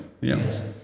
Yes